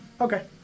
Okay